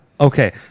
Okay